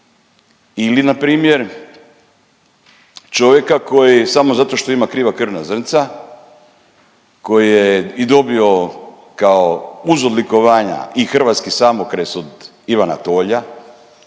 Ili npr. čovjeka koji samo zato što ima kriva krvna zrnca, koji je i dobio kao, uz odlikovanja i hrvatski samokres od Ivana Tolja,